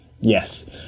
Yes